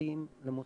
לבתים ולמוסדות.